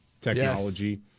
technology